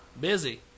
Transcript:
Busy